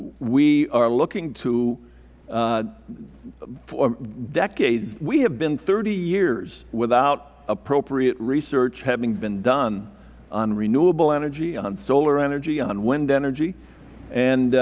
we are looking to decades we have been thirty years without appropriate research having been done on renewable energy on solar energy on wind energy and